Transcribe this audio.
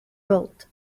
built